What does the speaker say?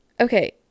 okay